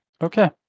Okay